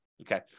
Okay